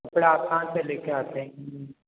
कपड़ा आप कहाँ से लेके आते हैं